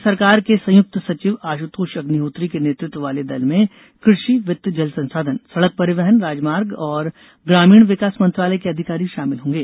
केंद्र सरकार के संयुक्त सचिव आश्तोष अग्निहोत्री के नेतृत्व वाले दल में कृषि वित्त जल संसाधन सड़क परिवहन राजमार्ग और ग्रामीण विकास मंत्रालय के अधिकारी शामिल होंगे